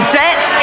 debt